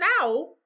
now